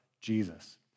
Jesus